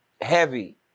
heavy